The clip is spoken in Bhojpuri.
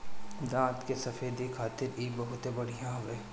दांत के सफेदी खातिर इ बहुते बढ़िया हवे